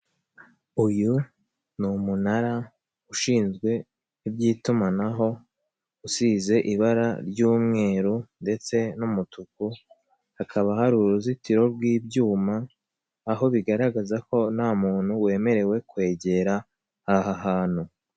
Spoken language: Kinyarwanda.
Uyu ni umunara ushinzwe iby'itumanaho, usize ibara ry'umweru ndetse n'umutuku, hakaba hari uruzitiro rw'ibyuma, aho bigaragaza ko nta muntu wemerewe kwegera aha hantu.